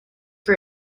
for